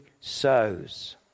sows